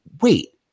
wait